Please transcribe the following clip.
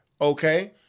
Okay